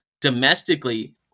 domestically